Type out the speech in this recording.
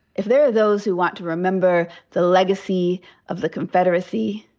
if there are those who want to remember the legacy of the confederacy,